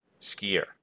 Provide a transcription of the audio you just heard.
skier